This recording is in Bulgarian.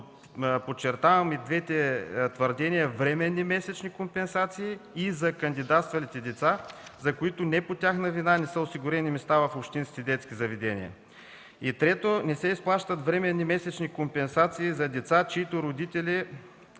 Подчертавам и двете твърдения: „временни месечни компенсации” и „за кандидатствалите деца, за които не по тяхна вина не са осигурени места в общинските детски заведения”. И трето – не се изплащат временни месечни компенсации за деца, чиито родители